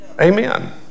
amen